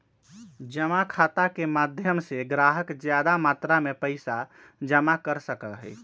जमा खाता के माध्यम से ग्राहक ज्यादा मात्रा में पैसा जमा कर सका हई